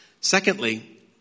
Secondly